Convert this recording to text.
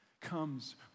comes